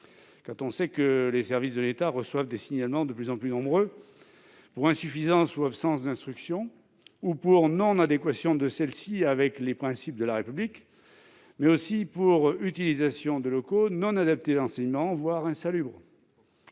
quand on sait que les services de l'État reçoivent des signalements de plus en plus nombreux pour insuffisance ou absence d'instruction, ou pour non-adéquation de celle-ci avec les principes de la République, mais aussi pour utilisation de locaux non adaptés à l'enseignement, voire insalubres.